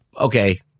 Okay